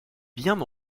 bien